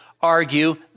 argue